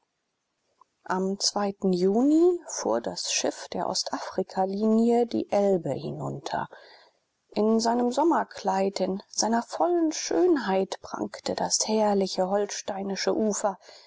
am juni fuhr das schiff der ostafrikalinie die elbe hinunter in seinem sommerkleid in seiner vollen schönheit prangte das herrliche holsteinische ufer